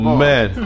man